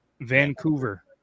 Vancouver